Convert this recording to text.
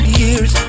years